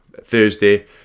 thursday